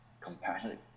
compassionate